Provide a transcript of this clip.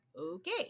okay